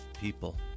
People